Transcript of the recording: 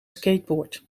skateboard